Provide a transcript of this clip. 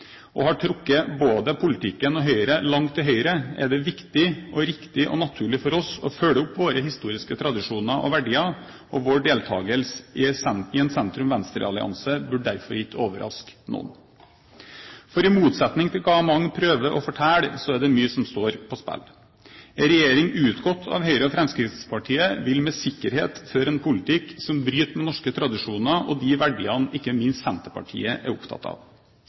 og har trukket både politikken og Høyre langt til høyre, er det viktig, riktig og naturlig for oss å følge opp våre historiske tradisjoner og verdier. Vår deltakelse i en sentrum–venstreallianse burde derfor ikke overraske noen. For i motsetning til hva mange prøver å fortelle, er det mye som står på spill. En regjering utgått av Høyre og Fremskrittspartiet vil med sikkerhet føre en politikk som bryter med norske tradisjoner og de verdiene ikke minst Senterpartiet er opptatt av.